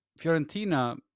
Fiorentina